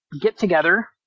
get-together